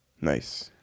Nice